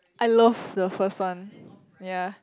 I love the first one yea